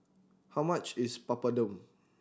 how much is Papadum